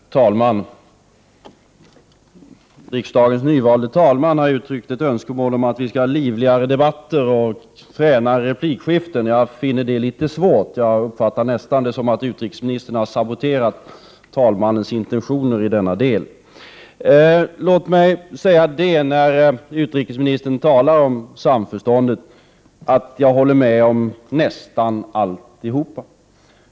Herr talman! Riksdagens nyvalde talman har uttryckt önskemål om att vi skall ha livligare debatter och fränare replikskiften. Jag finner det litet svårt. Jag uppfattar det nästan som om utrikesministern har saboterat talmannens intentioner i denna del. Låt mig säga att jag håller med om nästan allt som utrikesministern sade om samförstånd.